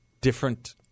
different –